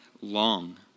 long